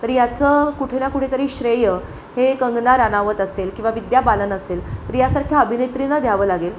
तर याचं कुठे ना कुठेतरी श्रेय हे कंगना रनौत असेल किंवा विद्या बालन असेल तर यासारख्या अभिनेत्रींना द्यावं लागेल